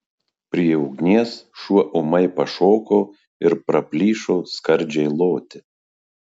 prie ugnies šuo ūmai pašoko ir praplyšo skardžiai loti